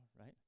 right